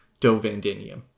Dovandinium